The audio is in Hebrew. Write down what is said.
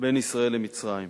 בין ישראל למצרים.